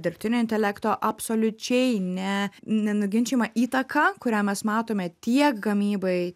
dirbtinio intelekto absoliučiai ne nenuginčijamą įtaką kurią mes matome tiek gamybai